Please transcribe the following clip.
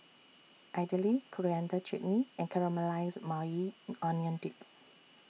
Idili Coriander Chutney and Caramelized Maui Onion Dip